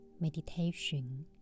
meditation